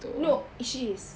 no she is